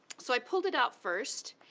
so i pulled it out first,